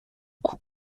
cou